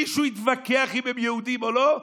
מישהו התווכח אם הם יהודים או לא?